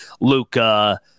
Luca